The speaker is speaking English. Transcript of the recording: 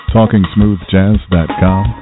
Talkingsmoothjazz.com